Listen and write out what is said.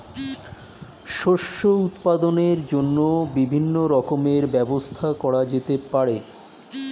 শস্য উৎপাদনের জন্য বিভিন্ন রকমের ব্যবস্থা করা যেতে পারে